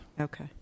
Okay